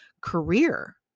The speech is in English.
career